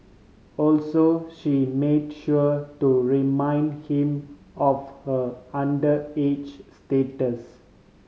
also she made sure to remind him of her underage status